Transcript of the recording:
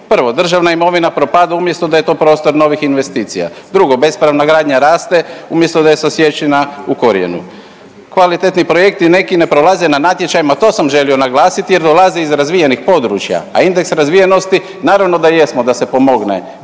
Prvo, državna imovina propada umjesto da je to prostor novih investicija. Drugo, bespravna gradnja raste umjesto da je sasječena u korijenu. Kvalitetni projekti neki ne prolaze na natječajima, to sam želio naglasiti jer dolaze iz razvijenih područja, a indeks razvijenosti naravno da jesmo da se pomogne,